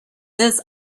this